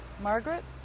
Margaret